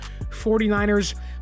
49ers